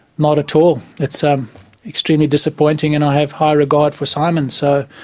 not at all. it's um extremely disappointing and i have high regard for simon, so